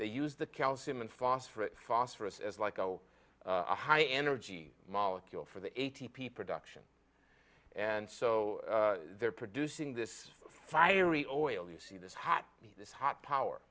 they use the calcium and phosphorus phosphorus as like oh a high energy molecule for the a t p production and so they're producing this fiery oil you see this hot be this hot power